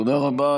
תודה רבה.